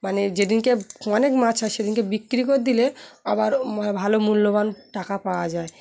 মানে যেদিনকে অনেক মাছ আ সেদিনকে বিক্রি করে দিলে আবার ভালো মূল্যবান টাকা পাওয়া যায়